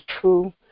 true